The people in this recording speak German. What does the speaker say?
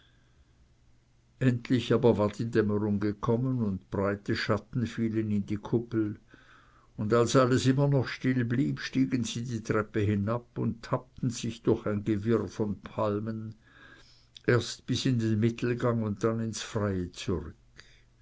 endlich aber war die dämmerung gekommen und breite schatten fielen in die kuppel und als alles immer noch still blieb stiegen sie die treppe hinab und tappten sich durch ein gewirr von palmen erst bis in den mittelgang und dann ins freie zurück